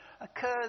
occurs